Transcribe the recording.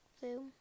blue